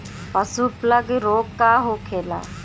पशु प्लग रोग का होखेला?